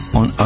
on